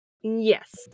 yes